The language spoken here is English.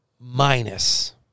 minus